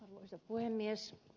arvoisa puhemies